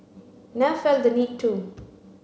never felt the need to